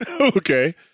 okay